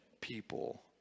people